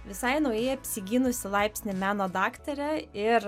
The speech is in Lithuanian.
visai naujai apsigynusi laipsnį meno daktarė ir